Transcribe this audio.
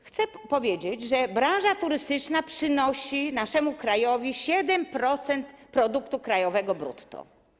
Chcę powiedzieć, że branża turystyczna przynosi naszemu krajowi 7% produktu krajowego brutto.